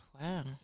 Wow